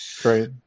Great